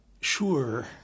Sure